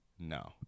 No